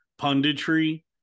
punditry